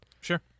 Sure